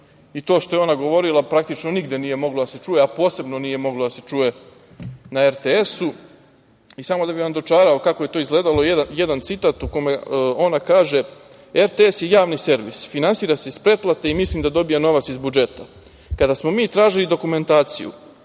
To što je ona govorila nigde nije moglo da se čuje, posebno nije moglo da se čuje na RTS.Samo da bi vam dočarao kako je to izgledalo, jedan citat u kome ona kaže: „RTS je javni servis, finansira se iz pretplate i mislim da dobija novac iz budžeta. Kada smo mi tražili dokumentaciju